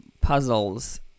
puzzles